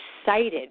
Excited